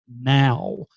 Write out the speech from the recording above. now